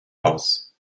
aus